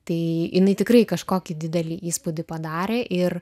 tai jinai tikrai kažkokį didelį įspūdį padarė ir